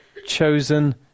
chosen